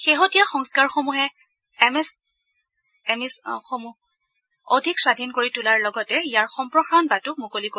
শেহতীয়া সংস্কাৰসমূহে M S M ইসমূহক অধিক স্বাধীন কৰি তোলাৰ লগতে ইয়াৰ সম্প্ৰসাৰণ বাটো মুকলি কৰিব